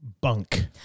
bunk